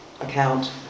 account